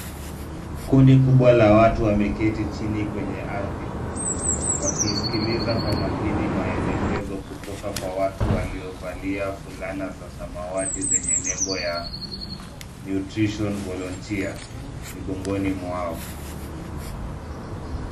Kundi kubwa la watu wameketi chini kwenye ardhi. wakisikiliza kwa makini maelekezo kutoka kwa watu waliovalia fulana za samawati zenye nembo ya nutrition volunteer migongoni mwao.